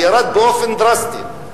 וירד באופן דרסטי.